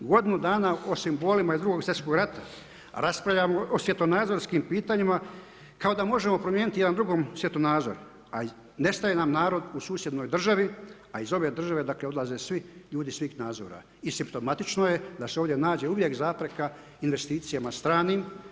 Godinu dana o simbolima iz drugog svjetskog rata, raspravljamo o svjetonazorskim pitanjima kao da možemo promijeniti jedan drugome svjetonazor, a nestaje nam narod u susjednoj državi, a iz ove države dakle, odlaze ljudi svih nazora i simptomatično je da se ovdje nađe uvijek zapreka investicijama stranim.